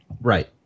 Right